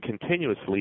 continuously